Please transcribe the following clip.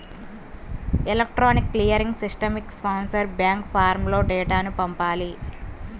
electronic clearing సిస్టమ్కి sponsor bank ఫారమ్లో డేటాను పంపాలి